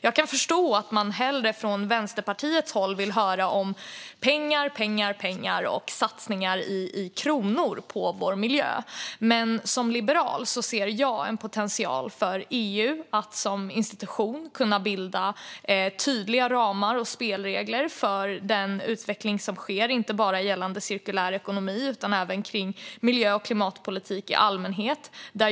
Jag kan förstå att man hellre från Vänsterpartiets håll vill höra om pengar, pengar och pengar och satsningar i kronor på vår miljö. Men som liberal ser jag en potential för EU att som institution kunna bilda tydliga ramar och spelregler för den utveckling som sker, inte bara gällande cirkulär ekonomi utan även för miljö och klimatpolitik i allmänhet.